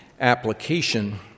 application